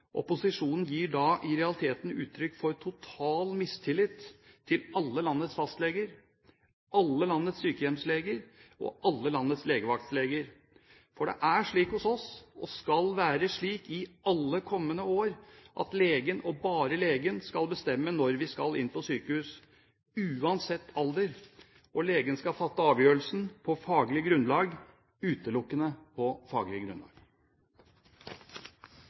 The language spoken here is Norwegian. Opposisjonen gir i realiteten uttrykk for total mistillit til alle landets fastleger, alle landets sykehjemsleger og alle landets legevaktsleger. For det er slik hos oss, og skal være slik i alle kommende år, at legen, og bare legen, skal bestemme når vi skal inn på sykehus, uansett alder. Og legen skal fatte avgjørelsen på faglig grunnlag – utelukkende på faglig grunnlag.